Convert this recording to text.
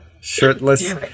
shirtless